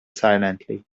silently